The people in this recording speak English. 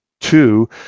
Two